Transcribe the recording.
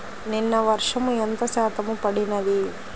నిన్న వర్షము ఎంత శాతము పడినది?